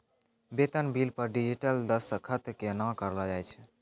बेतन बिल पर डिजिटल दसखत केना करलो जाय छै?